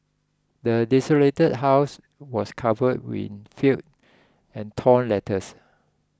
the desolated house was covered in filth and torn letters